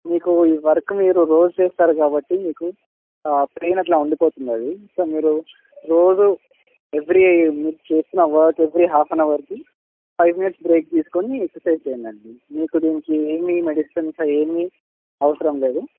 మీకు ఈ వర్క్ మీరు రోజూ చేస్తారు కాబట్టి మీకు పెయిన్ అట్లా ఉండిపోతుంది అది సో మీరు రోజూ ఎవ్రీ మీరు చేస్తున్న వర్క్ ఎవ్రీ హాఫ్ యాన్ అవర్కి ఫైవ్ మినిట్స్ బ్రేక్ తీసుకుని ఎక్సర్సైజ్ చేయండి అండి మీకు దీనికి ఏమీ మెడిసిన్స్ అవేమి అవసరం లేదు